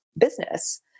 business